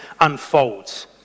unfolds